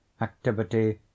activity